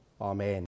Amen